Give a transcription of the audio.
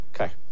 Okay